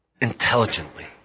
intelligently